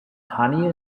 honey